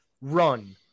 run